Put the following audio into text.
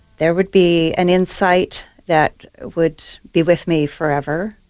there would be an insight that would be with me forever.